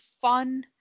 fun